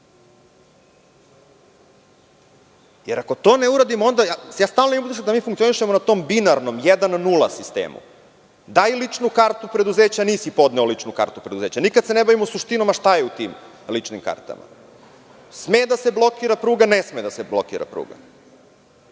Jer, ako to ne uradimo, stalno imam utisak da mi funkcionišemo na tom binarnom, jedan nula sistemu. Daj ličnu kartu preduzeća, nisi podneo ličnu kartu preduzeća. Nikad se na bavimo suštinom, a šta je u tim ličnim kartama. Sme da se blokira pruga, ne sme da se blokira pruga.